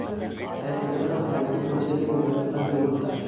has cutter horticulture विभाग के पास जरूर होता है